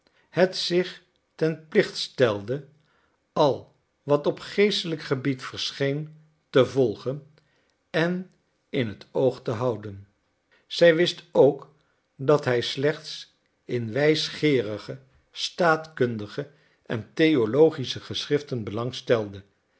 het zich ten plicht stelde al wat op geestelijk gebied verscheen te volgen en in het oog te houden zij wist ook dat hij slechts in wijsgeerige staatkundige en theologische geschriften